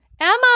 Emma